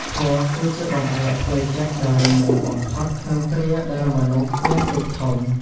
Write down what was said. ធម៌គឺជាបង្អែកផ្លូវចិត្តដ៏រឹងមាំបំផុតក្នុងគ្រាដែលមនុស្សមានទុក្ខធំ។